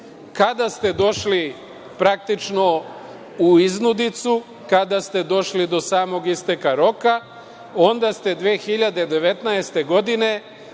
delo. Kada ste došli praktično u iznudicu, kada ste došli do samog isteka roka, onda ste 2019. godine